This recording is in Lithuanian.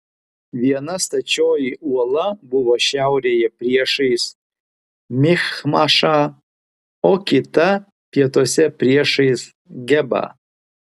viena stačioji uola buvo šiaurėje priešais michmašą o kita pietuose priešais gebą